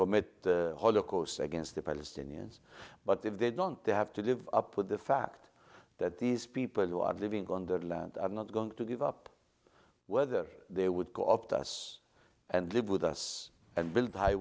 commit holocaust against the palestinians but if they don't they have to give up with the fact that these people who are living on their land are not going to give up whether they would go up to us and live with us and build high